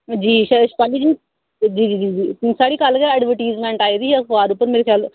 जी जी शिपाली जी साढ़ी कल्ल गै एडवर्टाईजमेंट आई दी अखबार च